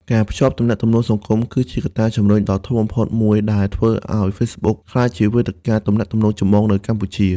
ការភ្ជាប់ទំនាក់ទំនងសង្គម គឺជាកត្តាជំរុញដ៏ធំបំផុតមួយដែលធ្វើឱ្យ Facebook ក្លាយជាវេទិកាទំនាក់ទំនងចម្បងនៅកម្ពុជា។